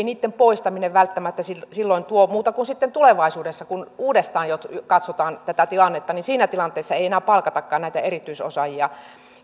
niitten poistaminen välttämättä silloin tuo muuta kuin sen että sitten tulevaisuudessa kun uudestaan katsotaan tätä tilannetta siinä tilanteessa ei enää palkatakaan näitä erityisosaajia